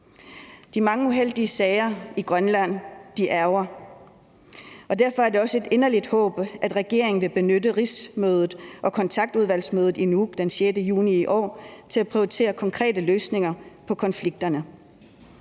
De mange uheldige sager i Grønland ærgrer os. Og derfor er det også et inderligt håb, at regeringen vil benytte rigsmødet og kontaktudvalgsmødet i Nuuk den 6. juni i år til at prioritere konkrete løsninger på konflikterne.